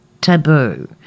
taboo